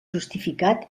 justificat